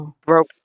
broke